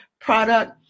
product